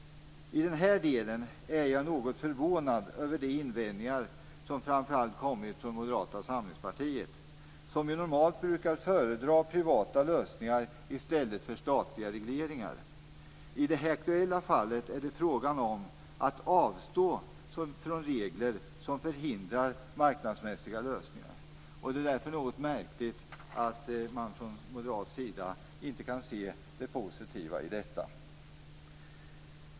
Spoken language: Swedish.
I den här delen är jag något förvånad över de invändningar som framför allt kommit från Moderata samlingspartiet, som ju normalt brukar föredra privata lösningar i stället för statliga regleringar. I det aktuella fallet är det fråga om att avstå från regler som förhindrar maknadsmässiga lösningar. Det är därför något märkligt att man från moderat sida inte kan se det positiva i detta.